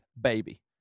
baby